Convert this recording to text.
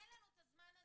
אין לנו את הזמן הזה,